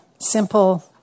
simple